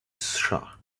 shah